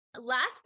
Last